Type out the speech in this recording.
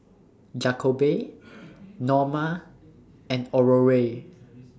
Jakobe Norma and Aurore